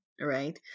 right